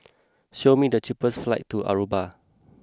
show me the cheapest flights to Aruba